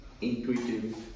intuitive